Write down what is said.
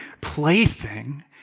plaything